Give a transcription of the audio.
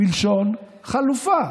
מלשון חלופה,